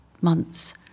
months